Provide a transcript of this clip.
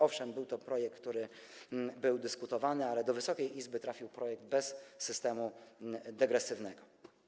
Owszem był projekt, nad którym dyskutowano, ale do Wysokiej Izby trafił projekt bez systemu degresywnego.